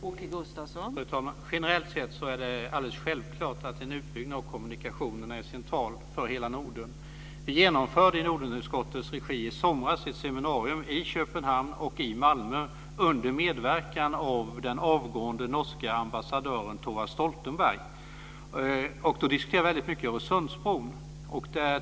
Fru talman! Generellt sett är det alldeles självklart att en utbyggnad av kommunikationerna är central för hela Norden. Vi genomförde i somras i Nordenutskottets regi ett seminarium i Köpenhamn och Malmö under medverkan av den avgående norske ambassadören Torvald Stoltenberg. Då diskuterades Öresundsbron mycket.